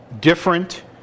Different